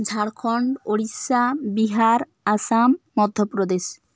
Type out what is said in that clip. Jharkhand Odisha Bihar Assam Madhya Pradesh